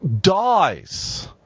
dies